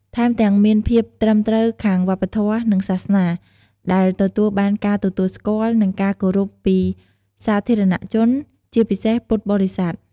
ថែមទាំងមានភាពត្រឹមត្រូវខាងវប្បធម៌ និងសាសនា ដែលទទួលបានការទទួលស្គាល់ និងការគោរពពីសាធារណជន ជាពិសេសពុទ្ធបរិស័ទ។